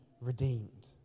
redeemed